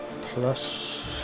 Plus